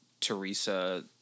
Teresa